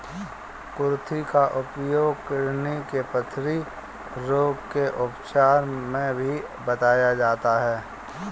कुर्थी का उपयोग किडनी के पथरी रोग के उपचार में भी बताया जाता है